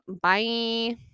Bye